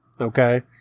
okay